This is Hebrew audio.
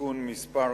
(תיקון מס'